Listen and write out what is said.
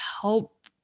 help